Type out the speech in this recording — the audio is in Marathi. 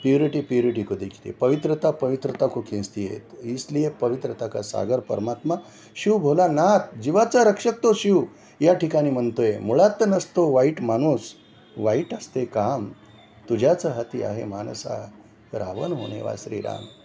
प्युरिटी प्युरिटी को देखती है पवित्रता पवित्रता को खिंचती है इसलिए पवित्रता का सागर परमात्मा शिवभोलानात जिवाचा रक्षक तो शिव या ठिकाणी म्हणतो आहे मुळात नसतो वाईट माणूस वाईट असते काम तुझ्याच हाती आहे माणसा रावण होणे वा श्रीराम